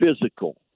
physical